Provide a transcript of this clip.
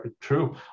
true